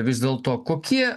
vis dėlto kokie